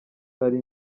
nari